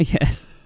Yes